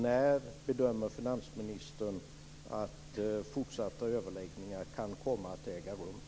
När bedömer finansministern att fortsatta överläggningar kan komma att äga rum?